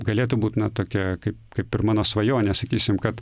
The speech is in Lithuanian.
galėtų būt na tokia kaip kaip ir mano svajonė sakysim kad